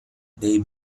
they